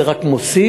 זה רק מוסיף,